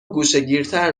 گوشهگیرتر